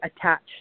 attached